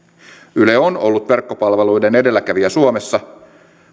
yle on ollut verkkopalveluiden edelläkävijä suomessa